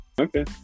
Okay